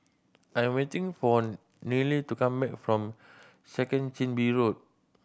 I am waiting for Nile to come back from Second Chin Bee Road